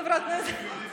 חבר הכנסת?